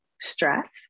stress